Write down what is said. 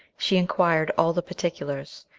she inquired all the particulars,